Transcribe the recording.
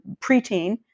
preteen